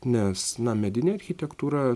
nes na medinė architektūra